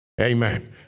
Amen